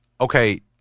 Okay